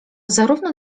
zarówno